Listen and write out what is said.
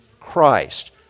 Christ